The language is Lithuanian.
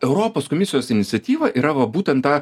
europos komisijos iniciatyva yra va būtent ta